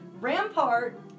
Rampart